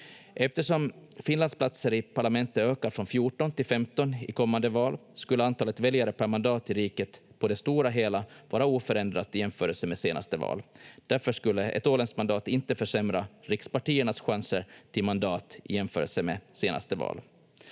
Eftersom Finlands platser i Europaparlamentet ökar från 14 till 15 i kommande val, skulle antalet väljare per mandat i riket på det stora hela vara oförändrat i jämförelse med senaste val. Därför skulle ett åländskt mandat inte försämra rikspartiernas chanser till mandat i jämförelse med senaste val.